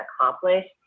accomplished